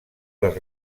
les